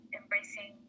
embracing